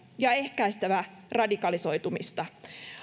ja ehkäistävä radikalisoitumista